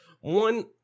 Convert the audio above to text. one